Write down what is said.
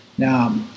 Now